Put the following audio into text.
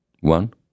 one